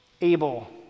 Abel